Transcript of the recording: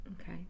Okay